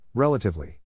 Relatively